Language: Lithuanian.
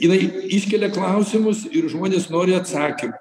jinai iškelia klausimus ir žmonės nori atsakymų